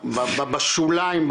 בשוליים,